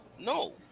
No